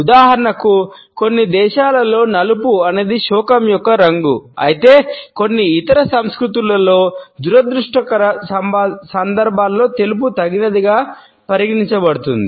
ఉదాహరణకు కొన్ని దేశాలలో నలుపు అనేది శోకం యొక్క రంగు అయితే కొన్ని ఇతర సంస్కృతులలో దురదృష్టకర సందర్భాలలో తెల్లపు తగినదిగా పరిగణించబడుతుంది